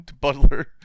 Butler